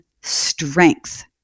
strength